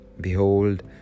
Behold